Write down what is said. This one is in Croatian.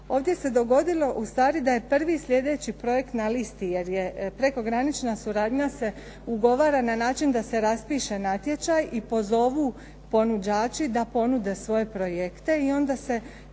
Ovdje se dogodilo u stvari da je prvi sljedeći projekt na listi jer je prekogranična suradnja se ugovara na način da se raspiše natječaj i pozovu ponuđači da ponude svoje projekte i onda se